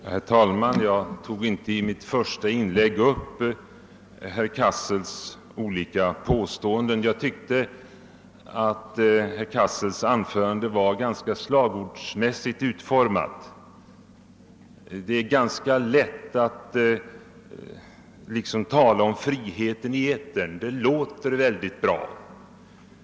Herr talman! Jag tog i mitt första inlägg inte upp herr Cassels olika påståenden, eftersom jag tyckte att hans anförande var något slagordsmässigt utformat. Det är ju ganska lätt att tala om frihet i etern, och det låter mycket bra.